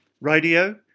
Radio